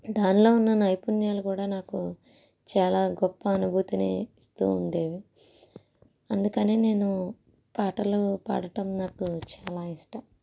దానిలో ఉన్న నైపుణ్యాలు కూడా నాకు చాలా గొప్ప అనుభూతిని ఇస్తూ ఉండేది అందుకనే నేను పాటలు పాడటం నాకు చాలా ఇష్టం